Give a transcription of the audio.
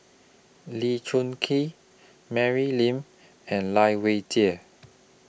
Lee Choon Kee Mary Lim and Lai Weijie